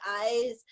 eyes